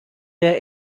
der